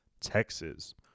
Texas